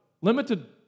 limited